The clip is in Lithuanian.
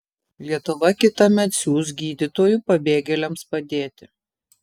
lietuva kitąmet siųs gydytojų pabėgėliams padėti